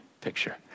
picture